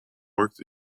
works